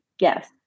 Yes